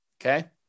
Okay